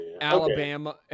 alabama